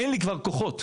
אין לי כבר כוחות,